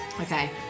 Okay